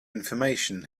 information